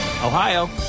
Ohio